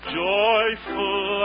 joyful